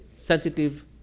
Sensitive